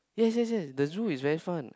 yes yes yes the zoo is very fun